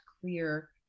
clear